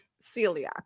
celiac